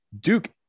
Duke